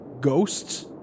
ghosts